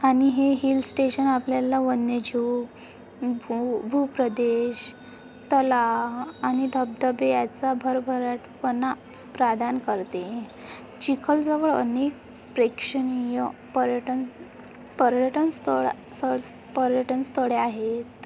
आणि हे hill station आपल्याला वन्यजीव भू भूप्रदेश तलाव आणि धबधबे याचा भरभराटपणा प्रदान करते चिखलजवळ अनेक प्रेक्षणीय पर्यटन पर्यटनस्थळ सळ्स पर्यटनस्थळे आहेत